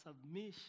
submission